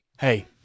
Hey